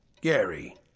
gary